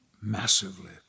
Massively